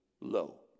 low